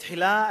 תחילה,